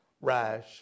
rash